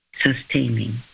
sustaining